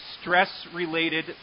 stress-related